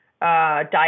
diet